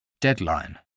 deadline